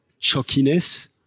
chalkiness